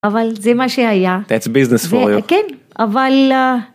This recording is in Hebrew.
אבל זה מה שהיה בעצם ביזנס פור יו כן אבל